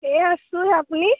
এই আছোঁ আপুনি